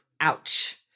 Ouch